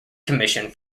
commission